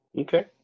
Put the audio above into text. Okay